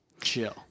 chill